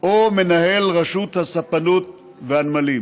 או מנהל רשות הספנות והנמלים.